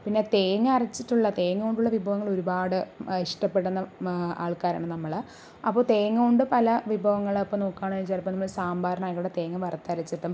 പിന്നെ തേങ്ങ അരച്ചിട്ടുള്ള തേങ്ങ കൊണ്ടുള്ള വിഭവങ്ങൾ ഒരുപാട് ഇഷ്ടപ്പെടുന്ന ആൾക്കാരാണ് നമ്മൾ അപ്പോൾ തേങ്ങ കൊണ്ട് പല വിഭവങ്ങൾ ഇപ്പോൾ നോക്കുകയാണെങ്കിൽ ചിലപ്പോൾ നമ്മൾ സാമ്പാറിന് ആയിക്കോട്ടെ തേങ്ങ വറുത്ത് അരച്ചിടും